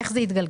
איך זה יתגלגל.